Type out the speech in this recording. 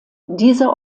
dieser